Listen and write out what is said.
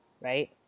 Right